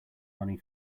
money